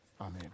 Amen